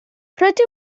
rydw